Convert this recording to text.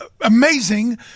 amazing